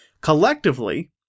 Collectively